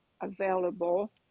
available